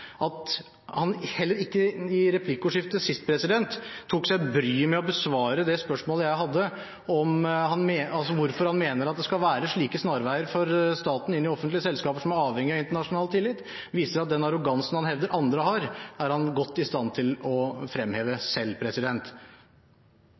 At han heller ikke i replikkordskiftet sist tok seg bryet med å besvare det spørsmålet jeg hadde om hvorfor han mener at det skal være slike snarveier for staten inn i offentlige selskaper som er avhengige av internasjonal tillit, viser at den arrogansen han hevder andre har, er han godt i stand til å fremheve